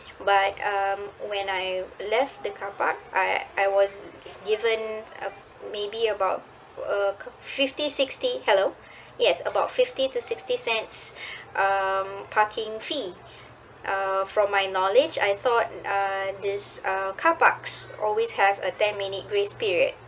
but um when I left the car park I I was given uh maybe about uh fifty sixty hello yes about fifty to sixty cents um parking fee uh from my knowledge I thought uh this uh car parks always have a ten minute grace period